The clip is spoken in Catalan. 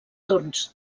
torns